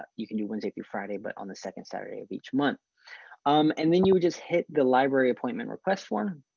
ah you can do wednesday through friday, and but on the second saturday of each month um and then you just hit the library appointment request form.